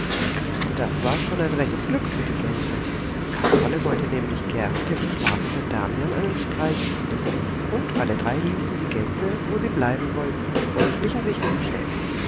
das war schon ein rechtes glück für die gänse kasperle wollte nämlich gern dem schlafenden damian einen streich spielen und alle drei ließen die gänse wo sie bleiben wollten und schlichen sich zum schäfer